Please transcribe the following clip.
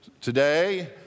today